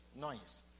noise